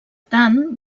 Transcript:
tant